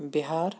بہار